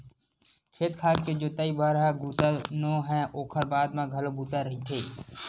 खेत खार के जोतइच भर ह बूता नो हय ओखर बाद म घलो बूता रहिथे